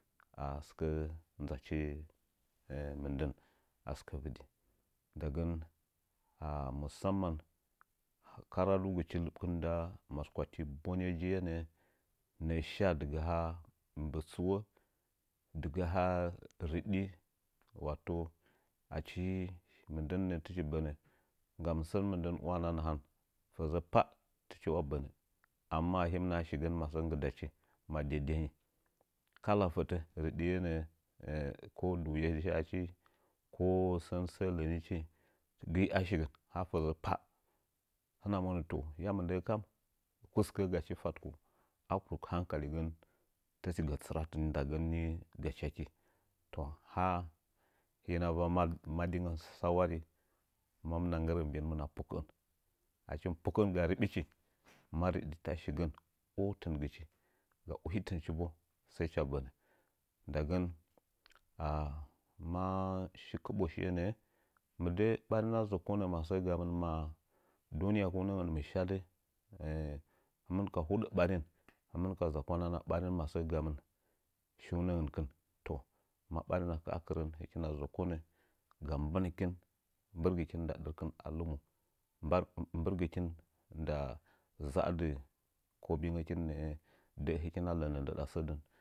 A sikə nzachi ah mɨndən sɨkə vɨdi ndəngən ah musaman karadugɨchi lɨɓkɨn nda maskula ti bonejen nəgənkɨn ndə shaa dɨgaa mbətsuwo dɨgaa rɨɗi wato achi mɨndən nə'ə tɨchi bənə nggam sən mɨndən wana nahan fəzə pah fɨchi bənə amma ahɨm naha shigən masə nggɨdachi ma dedengin kala fətə rədiye nə'ə ko duye shaachi kon sən sə nggɨrichi gəi a shigən ha fə za pah hɨna monə yam nh ndən kam kuske gachi fata ko aku hankali chi gən tɨchi gi tsɨrat ndagən ni gachi a ki toh haa hinə va madingən sawari manina nggɨrə mbi'in hɨmna pukə'ən achi mɨ pukə'ən ga rɨɓichi ma rə diti ashigan atɨngɨchi ga uhinnchi bo sai cha bənə ndagən haa ma mishi kɨbə shiye nə'ə mɨdə'ə barina zə konə masə gamɨn dunya kunə mɨ shadɨ eh hɨmɨn ka huɗə barin hɨmɨn ka zakwana na ɓarin masə gamɨn shiunəngərkɨn toh ma barina kaꞌa kɨrən həkina zəkonə ga bankɨn mbɨrgikin nda dirkɨn a lɨmu, “ban-mbirgikin” nda za'adɨ kobingəkim nə'ə də'ə hɨkina lənə ndɨdangən sə din.